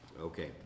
Okay